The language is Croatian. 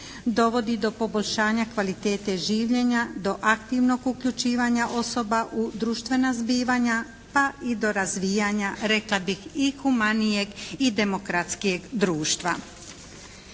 dovodi do poboljšanja kvalitete življenja, do aktivnog uključivanja osoba u društvena zbivanja pa i do razvijanja rekla bih i humanijeg i demokratskijeg društva.